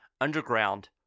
underground